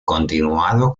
continuado